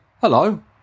Hello